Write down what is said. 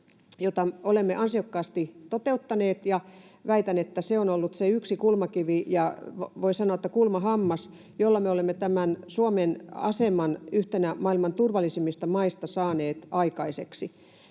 jota olemme ansiokkaasti toteuttaneet, ja väitän, että se on ollut se yksi kulmakivi ja voi sanoa, että kulmahammas, jolla me olemme Suomen aseman yhtenä maailman turvallisimmista maista saaneet aikaiseksi.